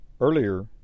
Earlier